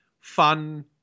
fun